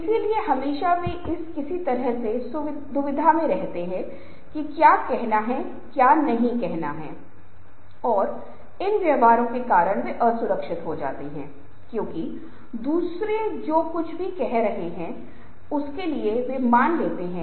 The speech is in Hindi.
इसलिए जब भी हमें मौका मिलता है हमें दूसरों के साथ भी ऐसा ही व्यवहार करना चाहिए हमें इन छोटे छोटे शब्दों का इस्तेमाल करने की कोशिश करनी चाहिए और अपने दिन प्रतिदिन के संचार व्यवहार के बारे में जानना चाहिए